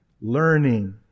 Learning